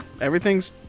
Everything's